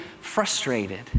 frustrated